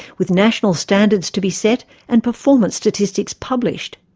with national standards to be set and performance statistics published.